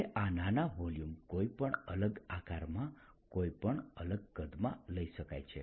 હવે આ નાના વોલ્યુમ કોઈ પણ અલગ આકારમાં કોઈપણ અલગ કદમાં લઈ શકાય છે